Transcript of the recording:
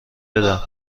بدم